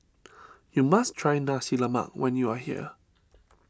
you must try Nasi Lemak when you are here